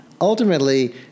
Ultimately